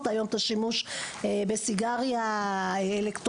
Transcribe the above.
היום את השימוש בסיגריה אלקטרונית,